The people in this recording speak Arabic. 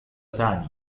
تعني